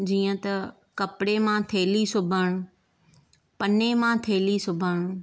जीअं त कपिड़े मां थेली सिबणु पने मां थेली सिबणु